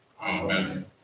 Amen